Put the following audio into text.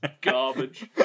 garbage